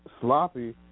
sloppy